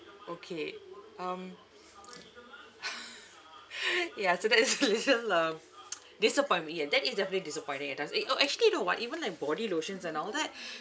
okay um ya so that is a little um disappointment ya that is definitely disappointing it does eh orh actually you know what even like body lotions and all that